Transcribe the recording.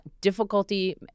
difficulty